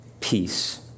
peace